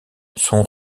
sont